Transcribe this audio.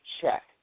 check